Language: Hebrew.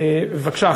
בבקשה,